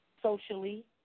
socially